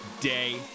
day